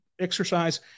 exercise